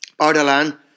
Ardalan